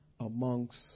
amongst